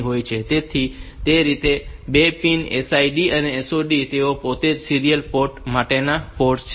તેથી તે રીતે આ 2 પિન SID અને SOD તેઓ પોતે જ સીરીયલ પોર્ટ માટેના પોર્ટ્સ છે